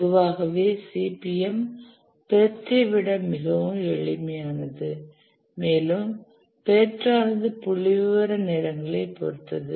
பொதுவாகவே CPM PERT ஐ விட மிகவும் எளிமையானது மேலும் PERT ஆனது புள்ளிவிவர நேரங்களை பொறுத்தது